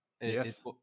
yes